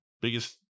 biggest